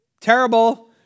terrible